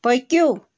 پٔکِو